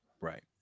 right